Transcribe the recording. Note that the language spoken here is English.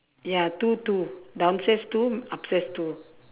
ya two two downstairs two upstairs two